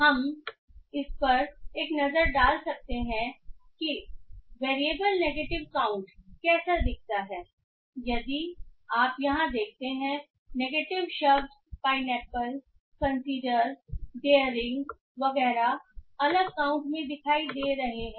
हम इस पर एक नज़र डाल सकते हैं कि वेरिएबल नेगेटिव काउंट कैसे दिखता है यदि आप यहाँ देखते हैं नेगेटिव शब्द पाइनएप्पल कंसीडर डेरिंग वगैरह अलग काउंट में दिखाई दे रहे हैं